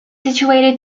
situated